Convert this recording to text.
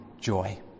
joy